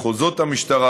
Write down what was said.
מחוזות המשטרה